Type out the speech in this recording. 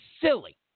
silly